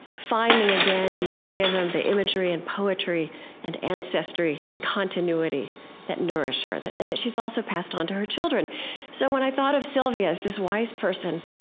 finding again in judaism the imagery and poetry and ancestry and continuity that nourish her, and that she's also passed on to her children so when i thought of sylvia as this wise person,